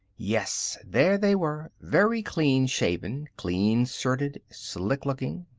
yes, there they were, very clean-shaven, clean-shirted, slick-looking.